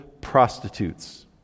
prostitutes